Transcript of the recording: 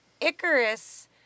Icarus